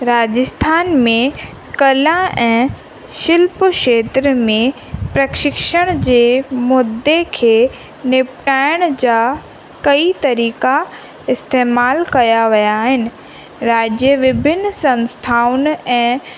राजस्थान में कला ऐं शिल्प क्षेत्र में प्रक्षिशण जे मुदे खे निपटाइण जा कई तरीक़ा इस्तेमालु कया विया आहिनि राज्य विभिन्न संस्थाउनि ऐं